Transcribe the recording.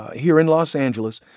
here in los angeles,